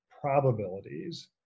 probabilities